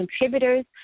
contributors